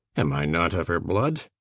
am i not of her blood?